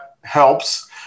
helps